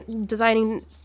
designing